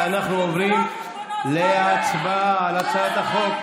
ואנחנו עוברים להצבעה על הצעת החוק.